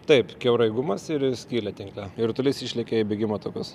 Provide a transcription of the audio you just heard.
taip kiaurai gumas ir skylę tinkle ir rutulys išlėkė į bėgimo takus